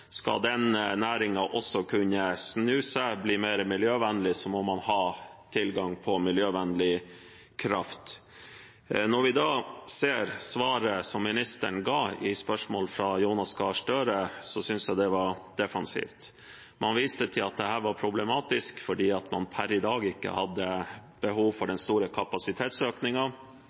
Skal den næringen også kunne snu seg, bli mer miljøvennlig, må man ha tilgang på miljøvennlig kraft. Når man ser på svaret som ministeren ga på spørsmål fra Jonas Gahr Støre, synes jeg det var defensivt. Man viste til at dette var problematisk fordi man per i dag ikke har behov for den store